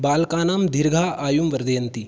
बालकानां दीर्घम् आयुः वर्धयन्ति